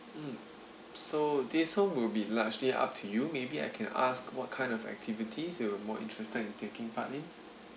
mm so this one will be largely up to you maybe I can ask what kind of activities you're more interested in taking part in